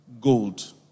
Gold